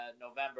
November